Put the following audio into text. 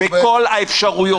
בכל האפשרויות.